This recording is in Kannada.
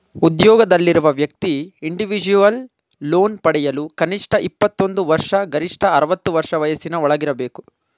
ಉದ್ಯೋಗದಲ್ಲಿರುವ ವ್ಯಕ್ತಿ ಇಂಡಿವಿಜುವಲ್ ಲೋನ್ ಪಡೆಯಲು ಕನಿಷ್ಠ ಇಪ್ಪತ್ತೊಂದು ವರ್ಷ ಗರಿಷ್ಠ ಅರವತ್ತು ವರ್ಷ ವಯಸ್ಸಿನ ಒಳಗಿರಬೇಕು